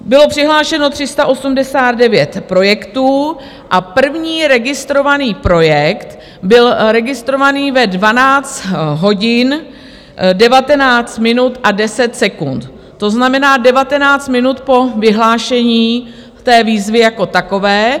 Bylo přihlášeno 389 projektů a první registrovaný projekt byl registrován ve 12 hodin, 19 minut a 10 sekund, to znamená 19 minut po vyhlášení té výzvy jako takové.